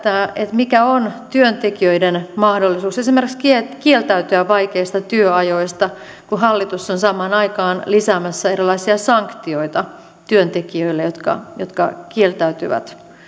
mikä on työntekijöiden mahdollisuus esimerkiksi kieltäytyä kieltäytyä vaikeista työajoista kun hallitus on samaan aikaan lisäämässä erilaisia sanktioita työntekijöille jotka jotka kieltäytyvät